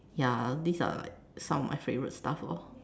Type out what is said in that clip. ya these are like some of my favorite stuff lor